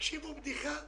תקשיבו לבדיחה גסה: